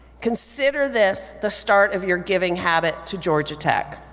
consider this the start of your giving habit to georgia tech.